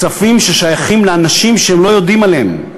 כספים ששייכים לאנשים והם לא יודעים עליהם.